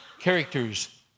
Character's